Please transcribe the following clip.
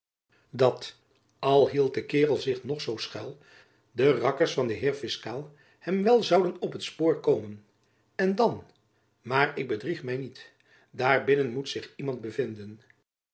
dat al hield de kaerel zich nog zoo schuil de rakkers van den heer fiskaal hem wel zouden op t spoor komen en dan maar ik bedrieg my niet daar binnen moet zich iemand bevinden